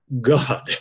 God